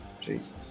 Jesus